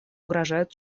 угрожают